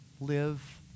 live